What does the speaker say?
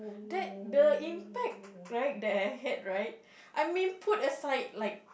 that the impact right that I had right I mean put aside like